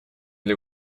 для